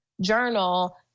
journal